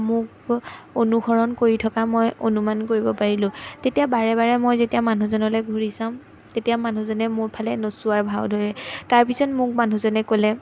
মোক অনুসৰণ কৰি থকা মই অনুমান কৰিব পাৰিলোঁ তেতিয়া বাৰে বাৰে মই যেতিয়া মানুহজনলৈ ঘূৰি চাম তেতিয়া মানুহজনে মোৰ ফালে নোচোৱাৰ ভাও ধৰে তাৰপিছত মোক মানুহজনে ক'লে